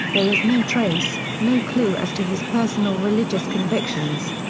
there is no trace, no clue as to his personal religious convictions.